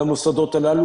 למוסדות הללו.